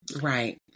Right